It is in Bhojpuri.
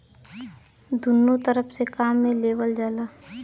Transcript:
दुन्नो तरफ से काम मे लेवल जाला